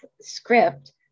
script